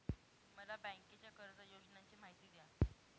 मला बँकेच्या कर्ज योजनांची माहिती द्या